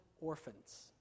orphans